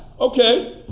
Okay